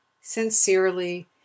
sincerely